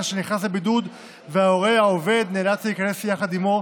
שנכנס לבידוד וההורה העובד נאלץ להיכנס יחד עימו,